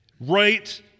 Right